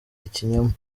ikinyoma